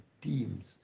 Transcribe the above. teams